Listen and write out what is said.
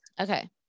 Okay